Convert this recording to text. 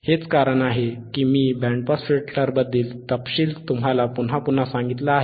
हेच कारण आहे की मी बँड पास फिल्टरबद्दल तपशील तुम्हाला पुन्हा पुन्हा सांगितला आहे